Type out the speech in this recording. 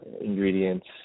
ingredients